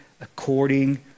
according